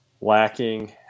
lacking